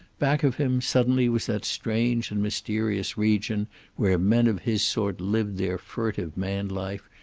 back of him, suddenly, was that strange and mysterious region where men of his sort lived their furtive man-life,